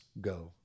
go